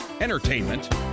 entertainment